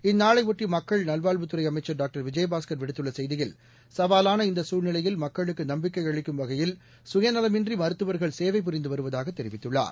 இந்நாளையொட்டி மக்கள் நல்வாழ்வுத்துறை அமைச்சர் டாக்டர் விஜயபாஸ்கர் விடுத்துள்ள செய்தியில் சவாலான இந்த சூழ்நிலையில் மக்களுக்கு நம்பிக்கை அளிக்கும் வகையில் சுயநலமின்றி மருத்துவர்கள் சேவை புரிந்து வருவதாக தெரிவித்துள்ளார்